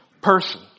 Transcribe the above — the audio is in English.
person